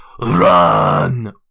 RUN